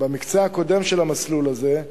במקצה הקודם של המסלול הזה,